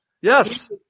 Yes